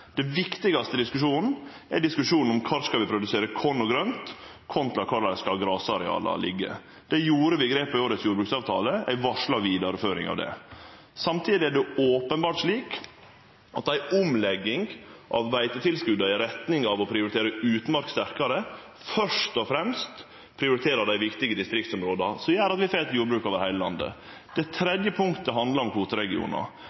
Den viktigaste diskusjonen er diskusjonen om kvar vi skal produsere korn og grønt, kontra kvar grasareala skal liggje. Der gjorde vi grep i årets jordbruksavtale, og eg varslar vidareføring av det. Samtidig er det openbert slik at ei omlegging av beitetilskotet i retning av å prioritere utmark sterkare først og fremst prioriterer dei viktige distriktsområda, noko som gjer at vi får eit jordbruk over heile landet. Det tredje punktet handlar om kvoteregionar. Eg meiner at det er